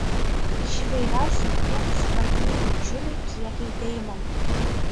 iš įvairiausių vietų superkami didžiuliai kiekiai deimantų